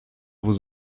vous